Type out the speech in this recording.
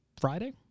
Friday